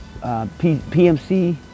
PMC